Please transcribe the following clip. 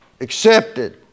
accepted